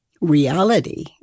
reality